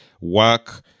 work